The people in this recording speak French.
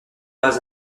pas